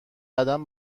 قدم